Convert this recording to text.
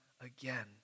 again